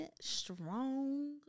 strong